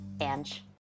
Ange